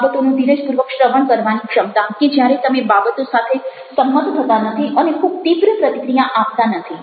બાબતોનું ધીરજપૂર્વક શ્રવણ કરવાની ક્ષમતા કે જ્યારે તમે બાબતો સાથે સંમત થતા નથી અને ખૂબ તીવ્ર પ્રતિક્રિયા આપતા નથી